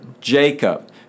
Jacob